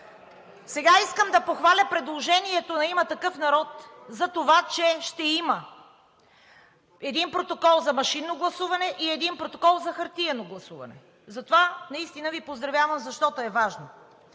Сега искам да похваля предложението на „Има такъв народ“ за това, че ще има един протокол за машинно гласуване и един протокол за хартиено гласуване. Затова наистина Ви поздравявам, защото е важно.